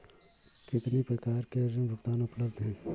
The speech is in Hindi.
कितनी प्रकार के ऋण भुगतान उपलब्ध हैं?